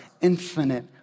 infinite